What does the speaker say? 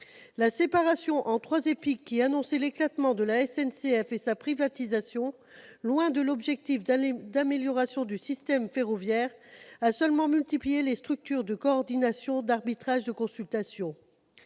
La séparation en trois EPIC, qui annonçait l'éclatement de la SNCF et sa privatisation, loin de l'objectif d'amélioration du système ferroviaire, a seulement multiplié les structures de coordination, d'arbitrage ou de consultation.